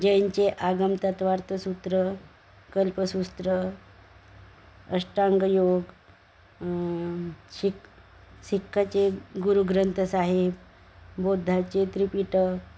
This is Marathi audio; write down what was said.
जैनांचे आगमतत्त्वार्थसूत्र कल्पसूत्र अष्टांगयोग शीख शिखांचे गुरुग्रंथसाहेब बौद्धांचे त्रिपिटक